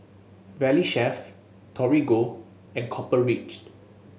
Valley Chef Torigo and Copper Ridge